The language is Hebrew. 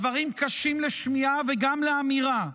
הדברים קשים לשמיעה וגם לאמירה,